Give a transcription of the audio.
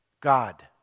God